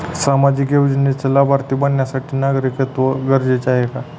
सामाजिक योजनेचे लाभार्थी बनण्यासाठी नागरिकत्व गरजेचे आहे का?